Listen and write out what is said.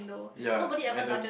ya at the